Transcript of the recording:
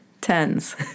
Tens